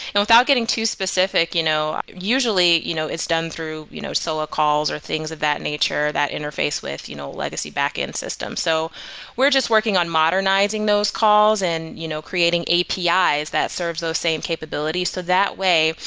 and without getting too specific, you know usually you know it's done through you know scylla calls, or things of that nature that interface with you know legacy backend system. so we're just working on modernizing those calls and you know creating apis that serves those same capabilities. so that way,